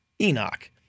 Enoch